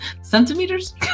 centimeters